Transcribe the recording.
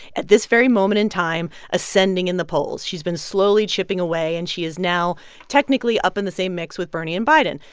at this very moment in time, ascending in the polls. she's been slowly chipping away, and she is now technically up in the same mix with bernie and biden.